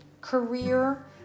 career